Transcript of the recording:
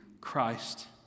Christ